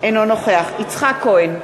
אינו נוכח יצחק כהן,